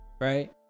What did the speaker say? Right